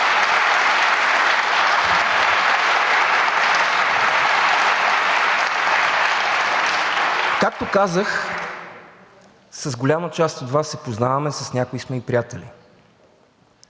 Както казах, с голяма част от Вас се познаваме, с някои сме и приятели,